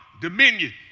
dominion